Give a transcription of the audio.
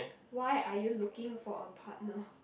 why are you looking for a partner